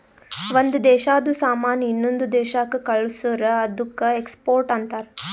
ಒಂದ್ ದೇಶಾದು ಸಾಮಾನ್ ಇನ್ನೊಂದು ದೇಶಾಕ್ಕ ಕಳ್ಸುರ್ ಅದ್ದುಕ ಎಕ್ಸ್ಪೋರ್ಟ್ ಅಂತಾರ್